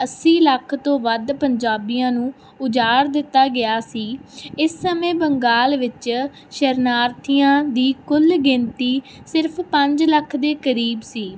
ਅੱਸੀ ਲੱਖ ਤੋਂ ਵੱਧ ਪੰਜਾਬੀਆਂ ਨੂੰ ਉਜਾੜ ਦਿੱਤਾ ਗਿਆ ਸੀ ਇਸ ਸਮੇਂ ਬੰਗਾਲ ਵਿੱਚ ਸ਼ਰਨਾਰਥੀਆਂ ਦੀ ਕੁੱਲ ਗਿਣਤੀ ਸਿਰਫ ਪੰਜ ਲੱਖ ਦੇ ਕਰੀਬ ਸੀ